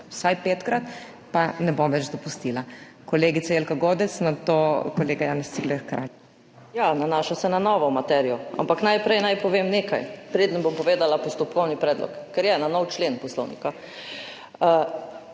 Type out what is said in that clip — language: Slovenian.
vsaj petkrat, pa ne bom več dopustila. Kolegica Jelka Godec, nato kolega Janez Cigler Kralj. **JELKA GODEC (PS SDS):** Ja, nanaša se na novo materijo. Ampak najprej naj povem nekaj, preden bom povedala postopkovni predlog, ker je na nov člen poslovnika.